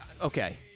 Okay